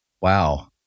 Wow